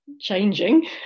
changing